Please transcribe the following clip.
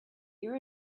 your